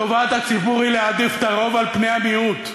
טובת הציבור היא להעדיף את הרוב על פני המיעוט,